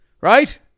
right